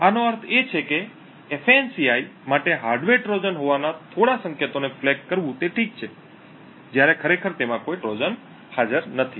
આનો અર્થ એ છે કે FANCI માટે હાર્ડવેર ટ્રોજન હોવાના થોડા સંકેતોને ફ્લેગ કરવું તે ઠીક છે જ્યારે ખરેખર તેમાં કોઈ ટ્રોજન હાજર નથી